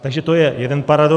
Takže to je jeden paradox.